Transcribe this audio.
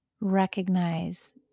recognize